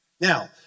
Now